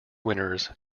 winners